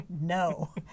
No